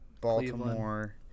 Baltimore